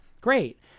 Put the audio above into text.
great